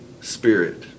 Spirit